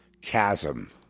chasm